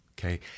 Okay